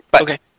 Okay